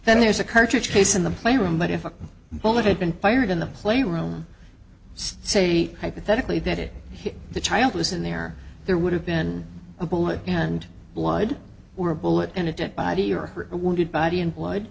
then there's a cartridge case in the playroom but if a bullet had been fired in the play room say hypothetically that it hit the child was in there there would have been a bullet and blood or a bullet and a dead body or a wounded body and blood